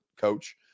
coach